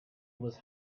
was